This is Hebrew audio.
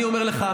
אני אומר לך,